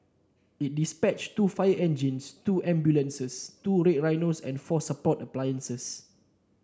it dispatched two fire engines two ambulances two Red Rhinos and four support appliances